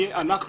אנחנו,